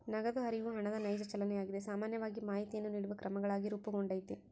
ನಗದು ಹರಿವು ಹಣದ ನೈಜ ಚಲನೆಯಾಗಿದೆ ಸಾಮಾನ್ಯವಾಗಿ ಮಾಹಿತಿಯನ್ನು ನೀಡುವ ಕ್ರಮಗಳಾಗಿ ರೂಪುಗೊಂಡೈತಿ